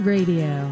Radio